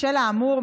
בשל האמור,